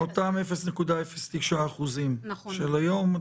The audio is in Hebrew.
ואותם 0.09% של היום,